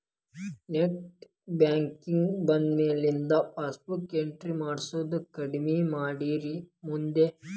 net banking ಬಂದ್ಮ್ಯಾಲಿಂದ passbook entry ಮಾಡ್ಸೋದ್ ಕಡ್ಮಿ ಮಾಡ್ಯಾರ ಮಂದಿ